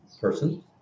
person